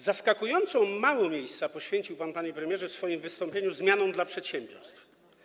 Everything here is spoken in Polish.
Zaskakująco mało miejsca poświęcił pan, panie premierze, w swoim wystąpieniu zmianom dla przedsiębiorstw.